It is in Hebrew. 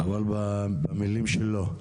אבל במילים שלו.